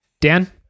Dan